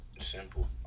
simple